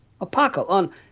apocalypse